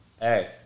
Hey